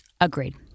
Agreed